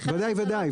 ודאי.